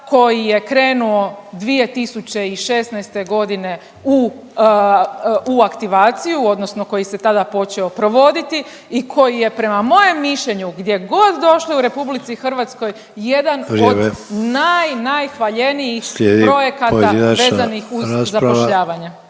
koji je krenuo 2016. g. u aktivaciju, odnosno koji se tada počeo provoditi i koji je prema mojem mišljenju, gdje god došli u RH, jedan od … .../Upadica: Vrijeme./... … naj,